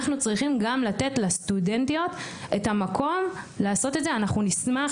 אנחנו צריכים גם לתת לסטודנטיות את המקום לעשות את זה אנחנו נשמח